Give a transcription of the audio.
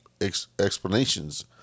explanations